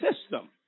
system